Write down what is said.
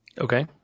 Okay